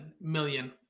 million